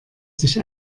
sich